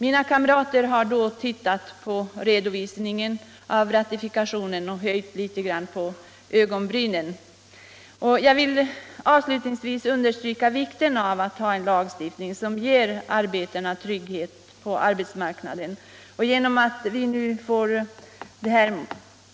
Mina kamrater i utskottet har då tittat på redovisningen av ratifikationen och höjt litet på ögonbrynen. Jag vill avslutningsvis understryka vikten av att ha en lagstiftning som ger arbetstagarna trygghet på arbetsmarknaden. Genom att ratificera stadgans